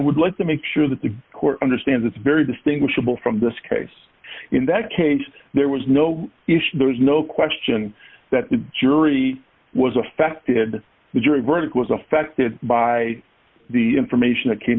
would like to make sure that the court understands it's very distinguishable from this case in that case there was no issue there's no question that the jury was affected the jury verdict was affected by the information that came